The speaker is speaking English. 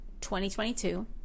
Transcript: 2022